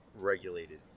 regulated